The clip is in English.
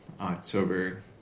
October